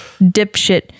Dipshit